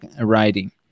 writing